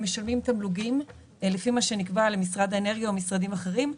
הם משלמים תמלוגים לפי מה שנקבע למשרד האנרגיה או משרדים אחרים,